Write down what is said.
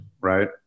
Right